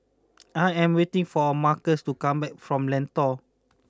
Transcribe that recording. I am waiting for Marcus to come back from Lentor